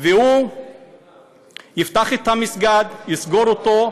הוא יפתח את המסגד, יסגור אותו,